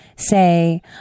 say